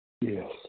Yes